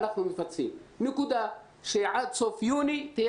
או שאנחנו אומרים שעדיין יש